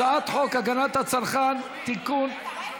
הצעת חוק הגנת הצרכן (תיקון, אדוני.